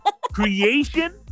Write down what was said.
creation